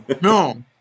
No